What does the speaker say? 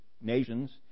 nations